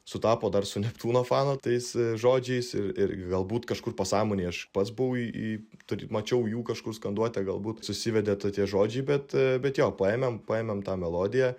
sutapo dar su neptūno fanų tais žodžiais ir ir galbūt kažkur pasąmonėj aš pats buvau į į tai mačiau jų kažkur skanduotę galbūt susivedė to tie žodžiai bet bet jo paėmėm paėmėm tą melodiją